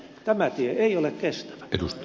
tämä tie ei ole kestävä